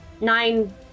nine